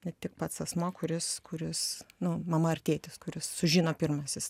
ne tik pats asmuo kuris kuris nu mama ar tėtis kuris sužino pirmasis